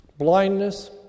blindness